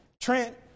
Trent